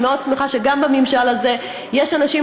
אני מאוד שמחה שגם בממשל הזה יש אנשים